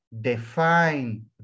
Define